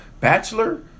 Bachelor